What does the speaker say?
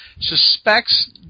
suspects